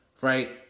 Right